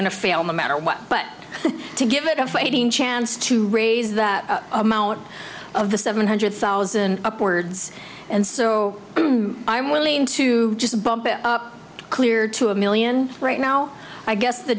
to fail no matter what but to give it a fighting chance to raise that amount of the seven hundred thousand upwards and so i am willing to just bump it clear to a million right now i guess the